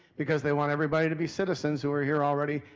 because they want everybody to be citizens who are here already,